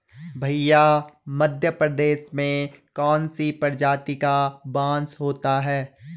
भैया मध्य प्रदेश में कौन सी प्रजाति का बांस होता है?